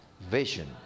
Vision